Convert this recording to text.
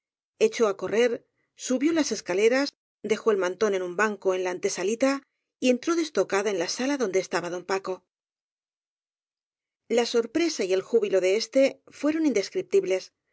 echo a correr subió las escaleras dejó el mantón en un banco de la antesalita y entró destocada en la sala donde estaba don paco la sorpresa y el júbilo de éste fueron